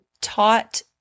taught